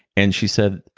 and she said,